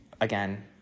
again